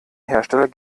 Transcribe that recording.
hersteller